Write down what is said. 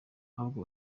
ahubwo